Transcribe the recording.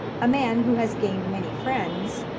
a man who has gained many friends,